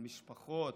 המשפחות,